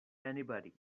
anybody